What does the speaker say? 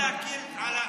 במקום להקל על הציבור,